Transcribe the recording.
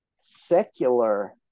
secular